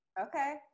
Okay